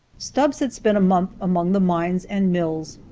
stubbs had spent a month among the mines and mills,